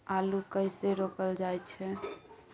आलू कइसे रोपल जाय छै?